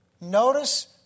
Notice